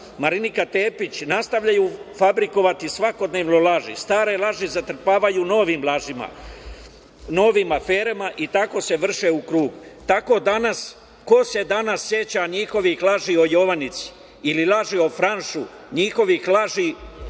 Marinika Tepić, nastavljaju fabrikovati svakodnevno laži. Stare laži zatrpavaju novim lažima, novim aferama i tako se vrše u krug. Ko se danas seća njihovih laži o Jovanici ili laži o Franšu, njihovih laži